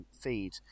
feed